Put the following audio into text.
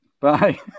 Bye